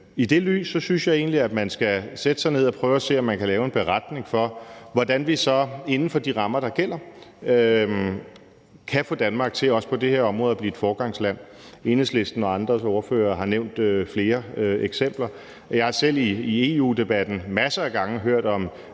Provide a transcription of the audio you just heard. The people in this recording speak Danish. i det lys synes jeg egentlig, at man skal sætte sig ned og prøve at se, om man kan lave en beretning over, hvordan vi så inden for de rammer, der gælder, kan få Danmark til, også på det her område, at blive et foregangsland. Enhedslistens ordfører og andre ordførere har nævnt flere eksempler. Jeg har selv i EU-debatten masser af gange hørt om